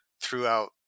throughout